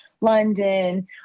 London